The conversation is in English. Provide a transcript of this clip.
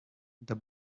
the